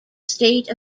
state